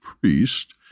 priest